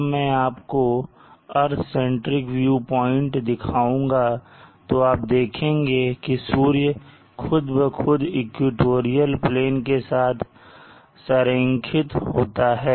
जब मैं आपको अर्थ सेंट्रिक व्यू प्वाइंट दिखाऊंगा तो आप देखेंगे कि सूर्य खुद ब खुद इक्वेटोरियल प्लेन के साथ संरेखित होता है